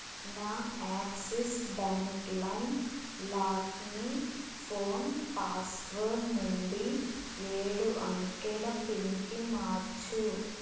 నా Axis bank లైమ్ లాక్ని ఫోన్ పాస్వర్డ్ నుండి ఏడు అంకెల పిన్కి మార్చు